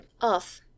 off